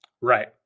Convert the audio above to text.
Right